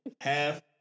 half